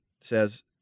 says